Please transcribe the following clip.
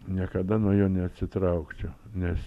niekada nuo jo neatsitraukčiau nes